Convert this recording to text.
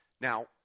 Now